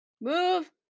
move